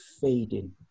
fading